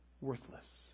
worthless